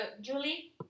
Julie